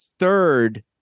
third